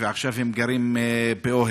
ועכשיו הם גרים באוהל.